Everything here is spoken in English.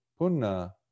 Punna